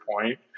point